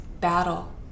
battle